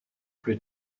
plus